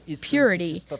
purity